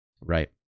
Right